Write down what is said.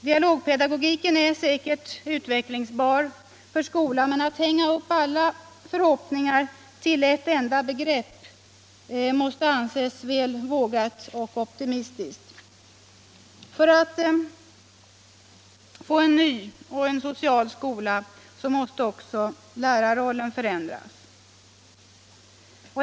Dialogpedagogiken är säkert utvecklingsbar för skolan, men att hänga upp alla förhoppningar på ett enda begrepp måste anses väl vågat och optimistiskt. För att vi skall få en ny och social skola måste också lärarrollen förändras.